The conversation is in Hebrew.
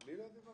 אני לא דיברתי.